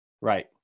Right